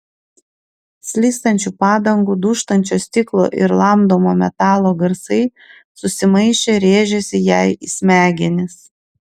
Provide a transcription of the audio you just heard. slystančių padangų dūžtančio stiklo ir lamdomo metalo garsai susimaišę rėžėsi jai į smegenis